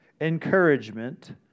encouragement